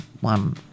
one